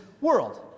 world